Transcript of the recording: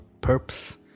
perps